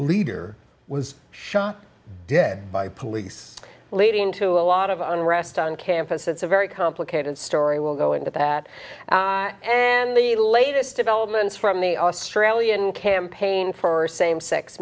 leader was shot dead by police leading to a lot of unrest on campus it's a very complicated story we'll go into that and the latest developments from the australian campaign for same sex